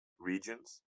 regions